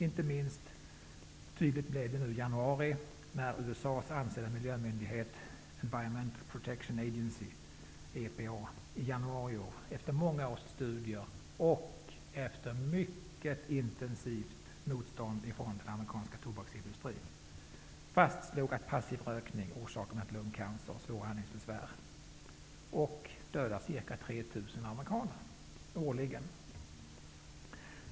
Inte minst tydligt blev det i januari i år, då USA:s ansedda miljömyndighet Environmental Protection Agency, EPA, efter många års studier och ett mycket intensivt motstånd från den amerikanska tobaksindustrin fastslog att passiv rökning orsakar bl.a. lungcancer och svåra andningsbesvär och dödar ca 3 000 amerikaner årligen.